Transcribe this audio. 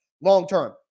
long-term